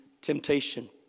temptation